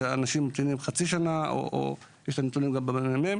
שאנשים ממתינים חצי שנה או לפי הנתונים של הממ"מ.